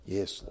Yes